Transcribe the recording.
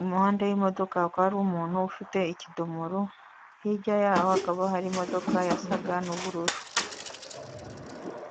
impande y'imodoka hakaba hari umuntu ufite ikidomoru, hirya y'aho hakaba hari imodoka isa n'ubururu.